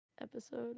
episode